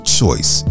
choice